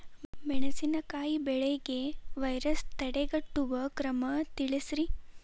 ಮೆಣಸಿನಕಾಯಿ ಬೆಳೆಗೆ ವೈರಸ್ ತಡೆಗಟ್ಟುವ ಕ್ರಮ ತಿಳಸ್ರಿ